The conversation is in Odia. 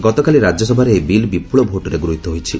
ଗତକାଲି ରାଜ୍ୟସଭାରେ ଏହି ବିଲ୍ ବିପ୍ରଳ ଭୋଟ୍ରେ ଗୃହୀତ ହୋଇଛି